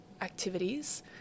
activities